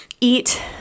eat